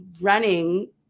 running